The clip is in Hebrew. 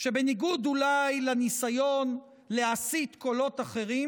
שבניגוד אולי לניסיון להסיט קולות אחרים,